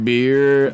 Beer